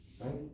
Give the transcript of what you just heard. Right